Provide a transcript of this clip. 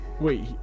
Wait